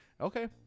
Okay